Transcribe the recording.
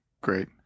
Great